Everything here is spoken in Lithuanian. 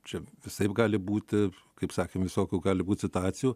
čia visaip gali būti kaip sakėm visokių gali būt situacijų